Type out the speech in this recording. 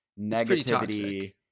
negativity